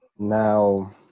now